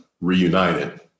Reunited